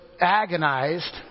agonized